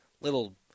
Little